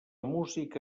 música